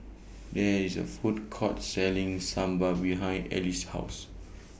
There IS A Food Court Selling Sambar behind Ellie's House